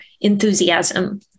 enthusiasm